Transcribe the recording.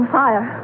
fire